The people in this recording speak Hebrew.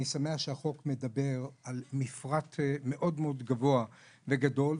אני שמח שהחוק מדבר על מפרט מאוד מאוד גבוה וגדול,